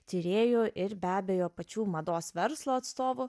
tyrėjų ir be abejo pačių mados verslo atstovų